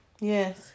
Yes